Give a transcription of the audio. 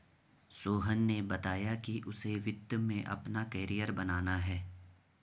सोहन ने बताया कि उसे वित्त में अपना कैरियर बनाना है